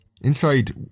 Inside